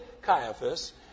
Caiaphas